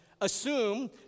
assume